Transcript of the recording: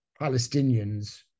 Palestinians